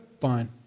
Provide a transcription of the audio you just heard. Fine